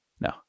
No